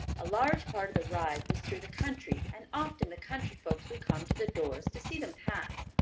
a large part of the ride was through the country, and often the country folks would come to the doors to see them pass.